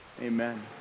amen